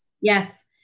Yes